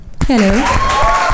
Hello